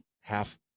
half